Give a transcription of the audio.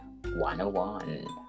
101